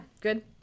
good